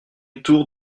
tour